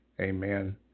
Amen